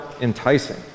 enticing